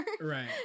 Right